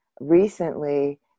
recently